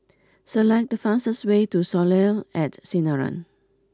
select the fastest way to Soleil at Sinaran